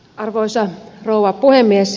arvoisa rouva puhemies